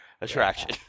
attraction